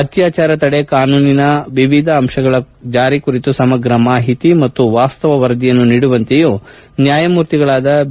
ಅತ್ನಾಚಾರ ತಡೆ ಕಾನೂನಿನ ವಿವಿಧ ಅಂಶಗಳ ಜಾರಿ ಕುರಿತು ಸಮಗ್ರ ಮಾಹಿತಿ ಮತ್ತು ವಾಸ್ತವ ವರದಿಯನ್ನು ನೀಡುವಂತೆಯೂ ನ್ನಾಯಮೂರ್ತಿಗಳಾದ ಬಿ